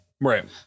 Right